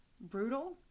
brutal